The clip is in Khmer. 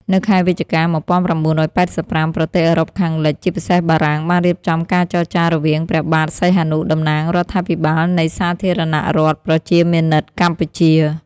នៅខែវិច្ឆិកា ១៩៨៥ប្រទេសអឺរ៉ុបខាងលិច ជាពិសេសបារាំង បានរៀបចំការចរចារវាងព្រះបាទសីហនុតំណាងរដ្ឋាភិបាលនៃសាធារណៈរដ្ឋប្រជាមានិតកម្ពុជា ។